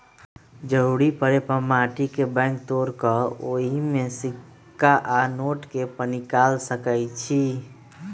जरूरी परे पर माटी के बैंक के तोड़ कऽ ओहि में से सिक्का आ नोट के पनिकाल सकै छी